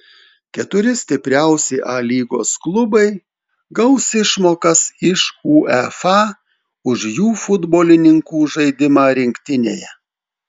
keturi stipriausi a lygos klubai gaus išmokas iš uefa už jų futbolininkų žaidimą rinktinėje